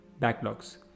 Backlogs